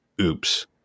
oops